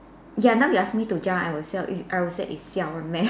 ya now you ask me to jump I would siao err I would say you siao one meh